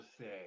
say